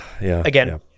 again